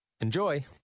Enjoy